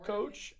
Coach